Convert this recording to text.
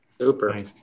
Super